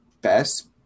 best